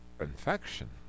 infection